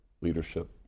leadership